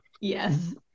yes